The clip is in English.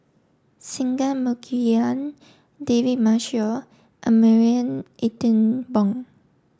Singai Mukilan David Marshall and Marie Ethel Bong